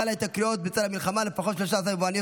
גל ההתייקרויות בצל המלחמה: לפחות 13 יבואניות